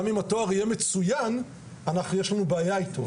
גם אם התואר יהיה מצויין יש לנו בעיה איתו.